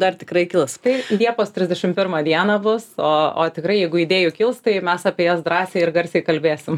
dar tikrai kils tai liepos trisdešim pirmą dieną bus o o tikrai jeigu idėjų kils tai mes apie jas drąsiai ir garsiai kalbėsim